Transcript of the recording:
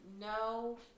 no